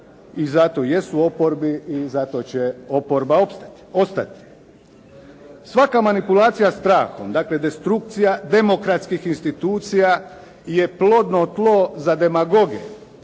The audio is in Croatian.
i zato jesu u oporbi i zato će oporba ostati. Svaka manipulacija strahom, dakle destrukcija demokratskih institucija je plodno tlo za demagoge